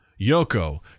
Yoko